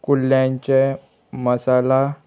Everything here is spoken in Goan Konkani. कुल्ल्यांचें मसाला